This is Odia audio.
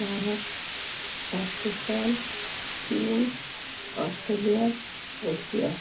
ଭାରତ ପାକିସ୍ତାନ ଚୀନ୍ ଅଷ୍ଟ୍ରେଲିଆ ଋଷିଆ